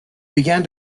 began